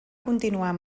continuar